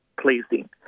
pleasing